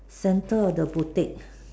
center of the boutiques